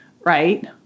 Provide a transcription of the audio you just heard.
right